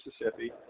mississippi